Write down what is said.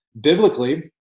Biblically